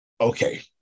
okay